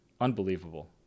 unbelievable